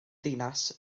ddinas